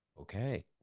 okay